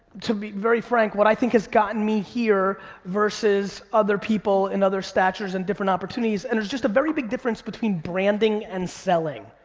to be very frank, what i think has gotten me here versus other people in other statures and different opportunities, and there's just a very big difference between branding and selling.